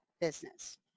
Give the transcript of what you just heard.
business